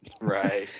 right